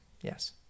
yes